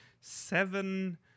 seven